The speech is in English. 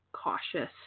cautious